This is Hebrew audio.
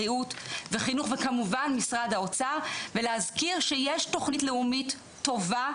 בריאות וחינוך וכמובן משרד האוצר ולהזכיר שיש תוכנית לאומית טובה,